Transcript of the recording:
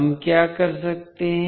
हम क्या कर सकते हैं